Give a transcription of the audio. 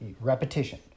repetition